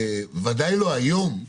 ודאי לא היום,